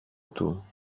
του